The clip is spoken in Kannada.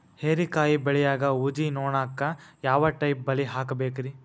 ಹೇರಿಕಾಯಿ ಬೆಳಿಯಾಗ ಊಜಿ ನೋಣಕ್ಕ ಯಾವ ಟೈಪ್ ಬಲಿ ಹಾಕಬೇಕ್ರಿ?